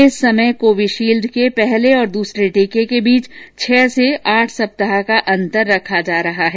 इस समय कोविशील्ड के पहले और दूसरे टीके के बीच छह से आठ सप्ताह का अंतर रखा जाता है